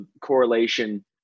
correlation